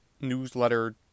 newsletter